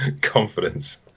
confidence